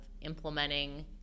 implementing